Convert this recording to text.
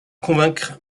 convaincre